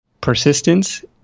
persistence